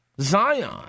Zion